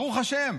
ברוך השם,